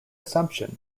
assumption